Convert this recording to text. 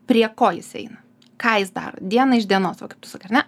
prie ko jis eina ką jis daro dieną iš dienos va taip tu sakai ar ne